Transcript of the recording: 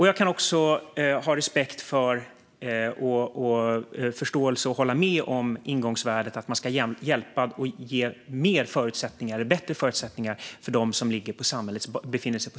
Jag kan också ha respekt och förståelse för och hålla med om ingångsvärdet att man ska hjälpa dem som befinner sig på samhällets botten och ge dem bättre förutsättningar.